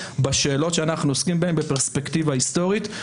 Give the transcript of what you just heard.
בשאלות שאנחנו עוסקים בהן בפרספקטיבה היסטורית.